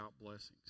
blessings